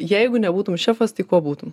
jeigu nebūtum šefas tai kuo būtum